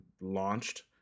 launched